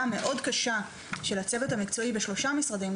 מאוד קשה של הצוות המקצועי בשלושה משרדים,